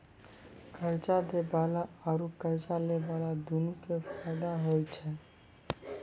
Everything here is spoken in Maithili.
कर्जा दै बाला आरू कर्जा लै बाला दुनू के फायदा होय छै